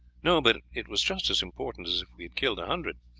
no, but it was just as important as if we had killed a hundred.